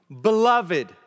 beloved